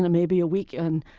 ah maybe a weekend,